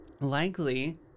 likely